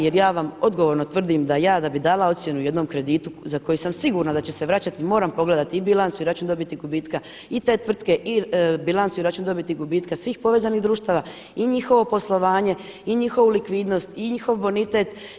Jer ja vam odgovorno tvrdim da ja da bi dala ocjenu jednom kreditu za koji sam sigurna da će se vraćati moram pogledati i bilancu i račun dobiti i gubitka i te tvrtke i bilancu i račun dobiti i gubitka svih povezanih društava i njihovo poslovanje i njihovu likvidnost i njihov bonitet.